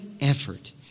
effort